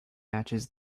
matches